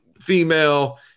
female